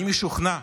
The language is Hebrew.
אני משוכנע,